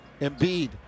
Embiid